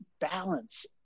balance